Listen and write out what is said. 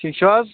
ٹھیٖک چھو حظ